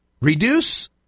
Reduce